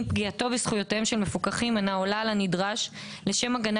אם פגיעתו בזכויותיהם של מפוקחים אינה עולה על הנדרש לשם הגנה